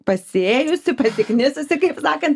pasiėjusi pasiknisusi kaip sakant